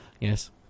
yes